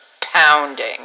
pounding